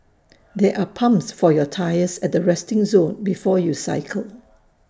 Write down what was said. there are pumps for your tyres at the resting zone before you cycle